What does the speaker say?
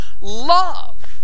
love